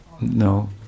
No